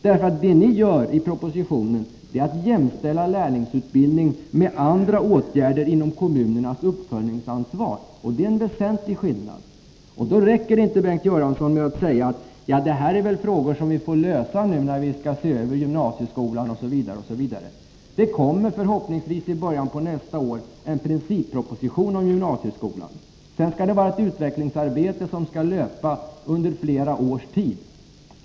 Det ni gör i propositionen är att jämställa lärlingsutbildning med andra åtgärder inom kommunernas uppföljningsansvar. Det är en väsentlig skillnad. Det räcker inte, Bengt Göransson, med att säga att detta är frågor som vi får lösa när vi skall se över gymnasieskolan, osv. Det kommer; förhoppningsvis i början av nästa år en principproposition om gymnasieskolan. Sedan skall det vara ett utvecklingsarbete, som skall löpa under flera års tid.